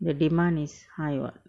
the demand is high what